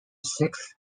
sixth